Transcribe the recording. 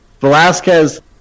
Velasquez